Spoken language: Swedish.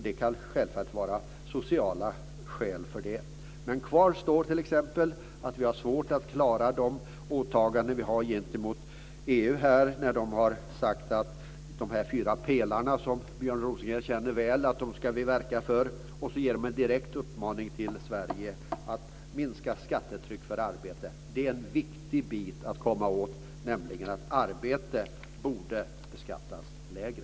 Det kan självfallet finnas sociala skäl för det. Kvar står t.ex. att vi har svårt att klara de åtaganden vi har gentemot EU. Man har sagt att vi ska verka för de fyra pelarna, som Björn Rosengren känner väl. Då ger man en direkt uppmaning till Sverige att minska skattetryck för arbete. Det är en viktig bit att komma åt, nämligen att arbete borde beskattas lägre.